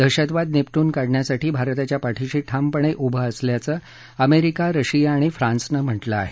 दहशतवाद निपटून काढण्यासाठी भारताच्या पाठीशी ठामपणे उभं असल्याचं अमेरिका रशिया आणि फ्रान्सनं म्हटलं आहे